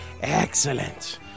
Excellent